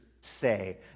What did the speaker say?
say